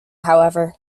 however